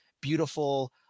beautiful